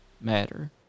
matter